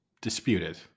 disputed